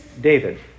David